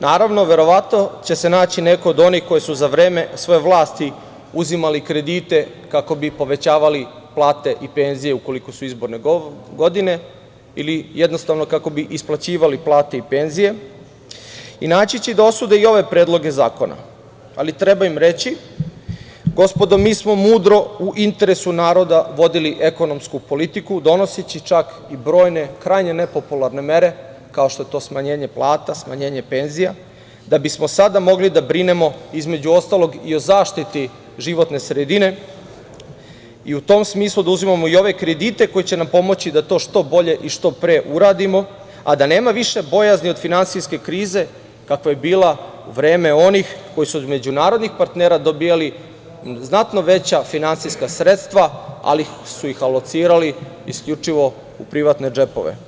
Naravno, verovatno će se naći neko od onih koji su za vreme svoje vlasti uzimali kredite, kako bi povećavali plate i penzije, ukoliko su izborne godine ili jednostavno kako bi isplaćivali plate i penzije, i naći će da osude i ove predloge zakona, ali treba im reći - gospodo mi smo mudro u interesu naroda vodili ekonomsku politiku donoseći čak brojne krajne nepopularne mere, kao što to smanjenje plata, smanjenje penzija, da bi smo sada mogli da brinemo između ostalog i o zaštiti životne sredine i u tom smislu da uzimamo i ove kredite koji će nam pomoći da to što bolje i što pre uradimo, a da nema više bojazni od finansijske krize kako je bila vreme onih koji su od međunarodnih partnera dobijali znatno veća finansijska sredstva, ali su ih locirali isključivo u privatne džepove.